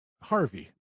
Harvey